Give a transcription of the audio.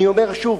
אני אומר שוב,